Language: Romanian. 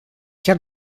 chiar